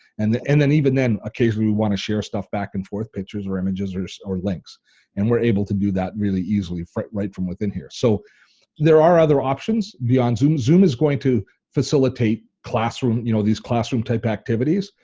and and then even then occasionally we wanna share stuff back and forth, pictures or images or so or links and we're able to do that really easily right from within here. so there are other options beyond zoom. zoom is going to facilitate classroom, you know these classroom-type activities,